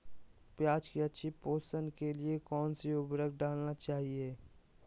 प्याज की अच्छी पोषण के लिए कौन सी उर्वरक डालना चाइए?